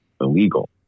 illegal